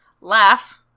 laugh